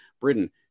Britain